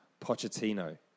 Pochettino